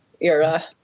era